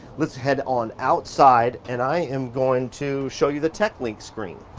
let's head on outside. and i am going to show you the techlink screen.